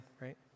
right